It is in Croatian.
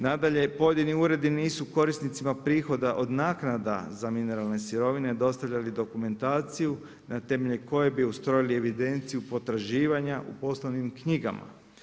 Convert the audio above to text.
Nadalje, pojedini uredi nisu korisnicima prihoda od naknada za mineralne sirovine dostavljali dokumentaciju, na temelju koje bi ustrojili evidenciju potraživanja u poslovnim knjigama.